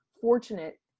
fortunate